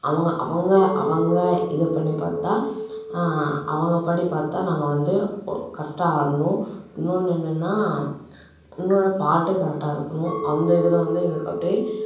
அவங்க அவங்க அவங்க இது பண்ணி பார்த்தா அவங்கப்படி பார்த்தா நாங்கள் வந்து கரெக்டாக ஆடணும் இன்னொன்று என்னென்னா இன்னொன்று பாட்டு கரெக்டாக இருக்கணும் அந்த இதில் வந்து எங்களுக்கு அப்படியே